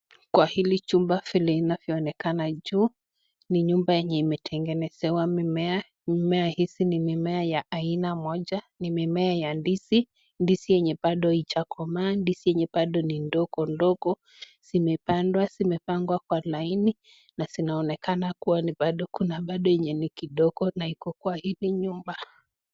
Kwa hili chumba vile inavyoonekana juu, ni nyumba yenye imetengenezewa mimea. Mimea hizi ni mimea ya aina moja, ni mimea ya ndizi. Ndizi yenye bado haijakomaa, ndizi yenye bado ni ndogo ndogo, imepandwa, zimepangwa kwa laini na zinaonekana kuwa ni bado kuna bado yenye ni kidogo na iko kwa hili nyumba.